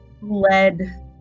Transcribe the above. led